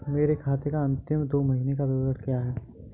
मेरे खाते का अंतिम दो महीने का विवरण क्या है?